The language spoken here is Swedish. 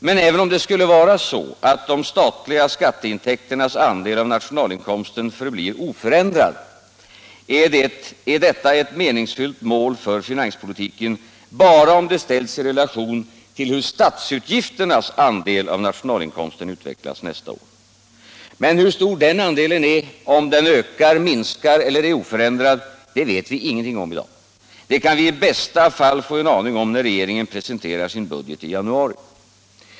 Men även om det skulle vara så, att de statliga skatteintäkternas andel av nationalinkomsten förblir oförändrad, är detta ett meningsfullt mål för finanspolitiken bara om det ställs i relation till hur statsutgifternas andel av nationalinkomsten utvecklas nästa år. Men hur stor den andelen blir, om den ökar, minskar eller är oförändrad, det vet vi ingenting om i dag. Det kan vi i bästa fall få en aning om när regeringen presenterar sin budget i januari.